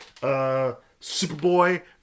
Superboy